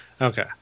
Okay